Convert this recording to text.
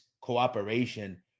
cooperation